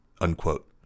unquote